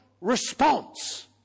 response